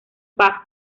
paso